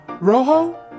rojo